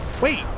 Wait